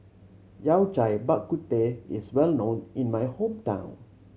Yao Cai Bak Kut Teh is well known in my hometown